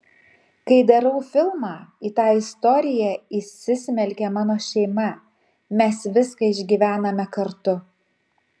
kai darau filmą į tą istoriją įsismelkia mano šeima mes viską išgyvename kartu